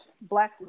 black